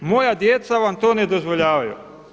Moja djeca vam to ne dozvoljavaju!